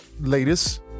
latest